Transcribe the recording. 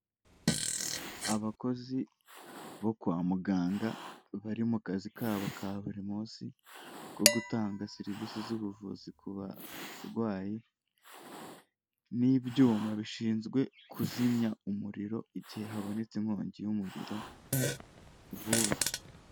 Abakozi bo kwa muganga bari mu kazi kabo ka buri munsi ko gutanga serivisi z'ubuvuzi ku barwayi n'ibyuma bishinzwe kuzimya umuriro igihe habonetse inkongi y'umuriro vuba.